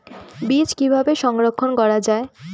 বীজ কিভাবে সংরক্ষণ করা যায়?